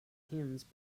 hymns